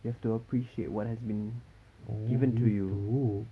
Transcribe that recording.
you have to appreciate what has been given to you